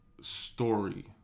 story